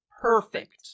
perfect